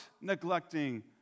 neglecting